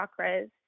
chakras